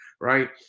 right